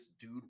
dude